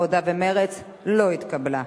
העבודה ומרצ לא נתקבלה.